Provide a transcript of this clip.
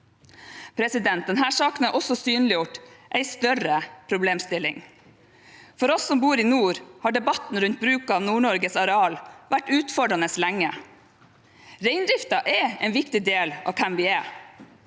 belastning. Denne saken har også synliggjort en større problemstilling. For oss som bor i nord, har debatten rundt bruk av Nord-Norges areal vært utfordrende lenge. Reindriften er en viktig del av hvem vi er,